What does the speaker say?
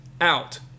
out